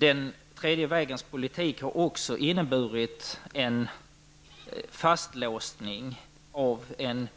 Den tredje vägens politik har också inneburit en fastlåsning av en